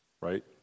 right